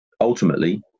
ultimately